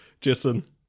Jason